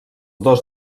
dos